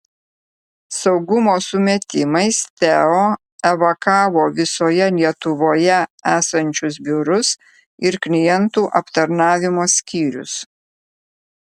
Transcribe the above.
saugumo sumetimais teo evakavo visoje lietuvoje esančius biurus ir klientų aptarnavimo skyrius